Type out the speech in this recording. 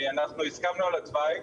אנחנו הסכמנו על התוואי,